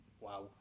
wow